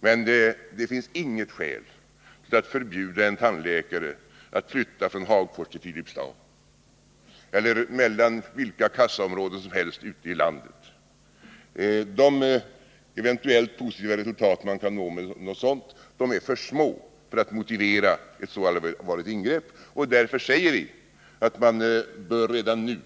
Men det finns inget skäl att förbjuda en tandläkare att flytta från Hagfors till Filipstad, eller mellan vilka kassaområden som helst ute i landet. De eventuellt positiva resultat man kan nå med något sådant är för små för att motivera ett så allvarligt ingrepp. Därför säger vi att man redan nu bör